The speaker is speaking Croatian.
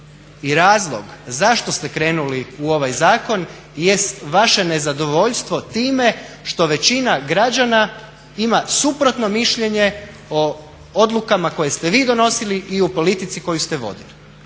i razlog zašto ste krenuli u ovaj zakon jest vaše nezadovoljstvo time što većina građana ima suprotno mišljenje o odlukama koje ste vi donosili i o politici koju ste vodili.